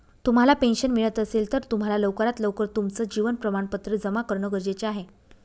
तुम्हाला पेन्शन मिळत असेल, तर तुम्हाला लवकरात लवकर तुमचं जीवन प्रमाणपत्र जमा करणं गरजेचे आहे